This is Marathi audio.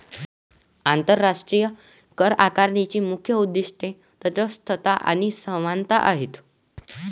आंतरराष्ट्रीय करआकारणीची मुख्य उद्दीष्टे तटस्थता आणि समानता आहेत